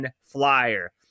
flyer